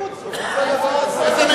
(חבר הכנסת מאיר פרוש יוצא מאולם המליאה.) צא לנוח.